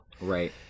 Right